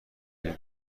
این